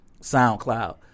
SoundCloud